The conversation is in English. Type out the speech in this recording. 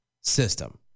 system